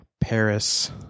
Paris